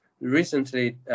recently